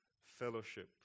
fellowship